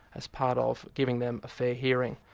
as part of giving them a fair hearing.